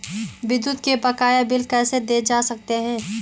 विद्युत के बकाया बिल कैसे देखे जा सकते हैं?